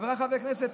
חבריי חברי הכנסת: